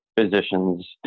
physicians